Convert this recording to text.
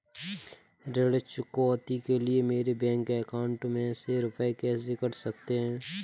ऋण चुकौती के लिए मेरे बैंक अकाउंट में से रुपए कैसे कट सकते हैं?